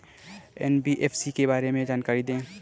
NBFC के बारे में जानकारी दें?